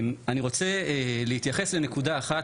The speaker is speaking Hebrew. אני רוצה להתייחס לנקודה אחת.